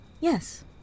Yes